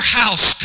house